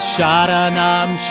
Sharanam